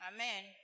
Amen